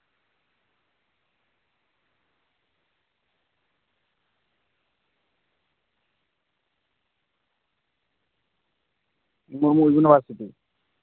ᱵᱤᱵᱷᱤᱱᱱᱚ ᱤᱭᱩᱱᱤᱵᱷᱟᱨᱥᱤᱴᱤ